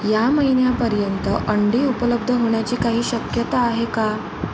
या महिन्यापर्यंत अंडी उपलब्ध होण्याची काही शक्यता आहे का